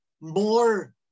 more